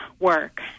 work